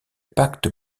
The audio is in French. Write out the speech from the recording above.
pacte